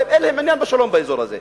הרי אין להם עניין בשלום באזור הזה,